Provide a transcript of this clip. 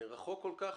רחוק כל כך